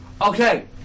Okay